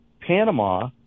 Panama